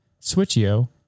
Switchio